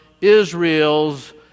Israel's